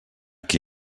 qui